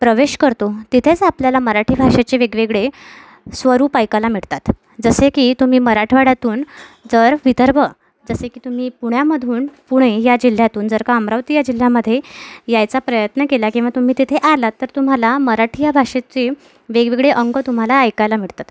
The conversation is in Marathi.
प्रवेश करतो तिथेच आपल्याला मराठी भाषेचे वेगवेगळे स्वरूप ऐकायला मिळतात जसे की तुम्ही मराठवाड्यातून जर विदर्भ जसे की तुम्ही पुण्यामधून पुणे या जिल्ह्यातून जर का अमरावती या जिल्ह्यामध्ये यायचा प्रयत्न केला किंवा तुम्ही तिथे आलात तर तुम्हाला मराठी या भाषेचे वेगवेगळे अंग तुम्हाला ऐकायला मिळतात